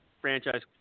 franchise